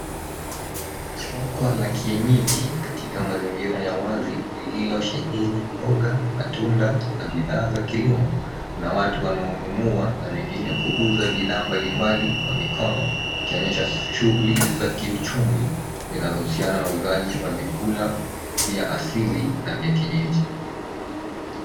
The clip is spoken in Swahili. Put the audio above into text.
Soko la kienyeji katika mazingira ya wazi lililosheheni mboga, matunda na bidhaa za kilimo. Kuna watu wanaonunua na wengine kuuza bidhaa mbali mbali kwa mikono ikionyesha shughuli za kiuchumi, linalohusiana na uuzaji wa vyakula vya asili na vya kienyeji.